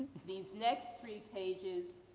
these next three pages,